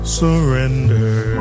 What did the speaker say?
surrender